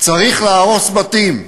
צריך להרוס בתים,